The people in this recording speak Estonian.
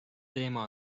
teema